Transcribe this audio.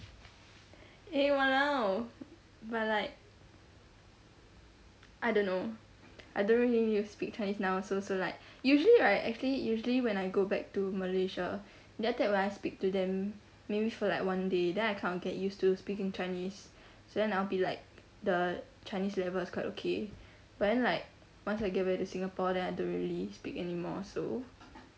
eh !walao! but like I don't know I don't really need to speak chinese now also so like usually right actually usually when I go back to Malaysia then after that when I speak to them maybe for like one day then I kind of get used to speaking in chinese so then I'll be like the chinese level is quite okay but then like once I get back to Singapore then I don't really speak anymore so